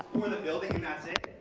the building and that's it?